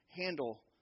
handle